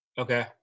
Okay